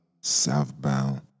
southbound